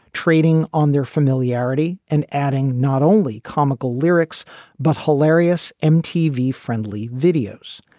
trading on their familiarity and adding not only comical lyrics but hilarious mtv friendly videos.